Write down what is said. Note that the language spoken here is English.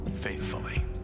faithfully